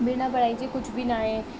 बिना पढ़ाई जे कुझु बि न आहे